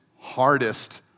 hardest